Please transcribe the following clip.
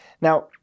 Now